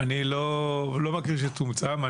אני לא מכיר שצומצם.